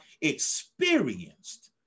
experienced